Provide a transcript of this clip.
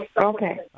Okay